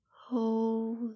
Hold